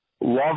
Love